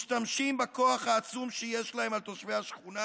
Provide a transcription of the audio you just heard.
משתמשת בכוח העצום שיש לה על תושבי השכונה